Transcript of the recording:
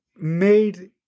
made